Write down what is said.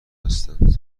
هستند